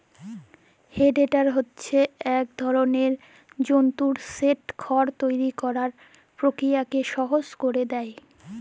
হে tedder হছে ইক ধরলের যল্তর যেট খড় তৈরি ক্যরার পকিরিয়াকে সহজ ক্যইরে দেঁই